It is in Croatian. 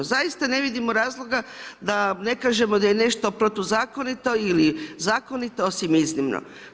Zaista ne vidimo razloga da ne kažemo da je nešto protuzakonito ili zakonito osim iznimno.